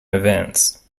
events